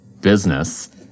business